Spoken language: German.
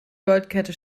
goldkette